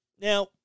Now